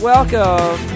Welcome